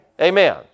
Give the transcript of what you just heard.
Amen